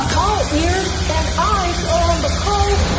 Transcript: all ears and eyes are on the calls.